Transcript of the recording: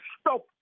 stop